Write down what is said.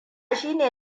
shine